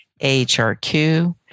AHRQ